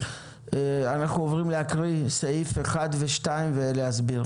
אנחנו עוברים להקריא את סעיפים 1 ו-2 ולהסביר.